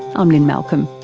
i'm lynne malcolm.